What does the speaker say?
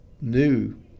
new